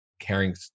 caring